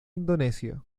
indonesia